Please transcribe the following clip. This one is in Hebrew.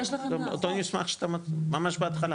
כן.